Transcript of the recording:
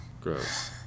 Gross